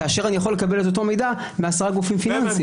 זה כאשר אני יכול לקבל את אותו מידע מעשרה גופים פיננסיים.